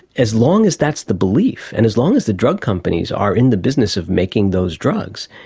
as long as that's the belief and as long as the drug companies are in the business of making those drugs,